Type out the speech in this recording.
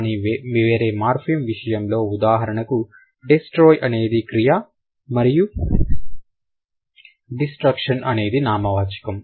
కానీ వేరే మార్ఫిమ్ విషయంలో ఉదాహరణకు డేస్ట్రోయ్ అనేది క్రియ మరియు డేస్ట్రక్షన్ అనేది నామవాచకం